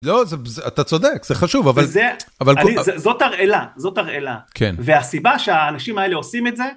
לא, אתה צודק, זה חשוב, אבל... וזה, אבל.. זאת תרעלה, זאת הרעלה. כן. והסיבה שהאנשים האלה עושים את זה...